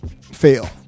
Fail